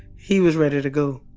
he was ready to go.